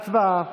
הצבעה.